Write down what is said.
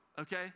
okay